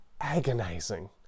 agonizing